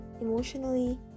emotionally